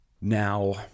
Now